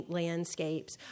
landscapes